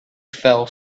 fell